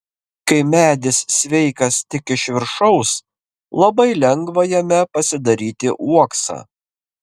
kai medis sveikas tik iš viršaus labai lengva jame pasidaryti uoksą